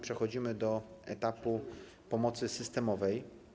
Przechodzimy do etapu pomocy systemowej.